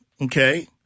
Okay